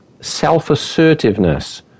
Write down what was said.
self-assertiveness